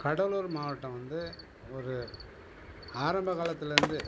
கடலூர் மாவட்டம் வந்து ஒரு ஆரம்ப காலத்திலேருந்து